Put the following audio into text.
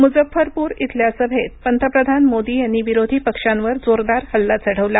मुझफ्फरपूर इथल्या सभेत पंतप्रधान मोदी यांनी विरोधी पक्षांवर जोरदार हल्ला चढवला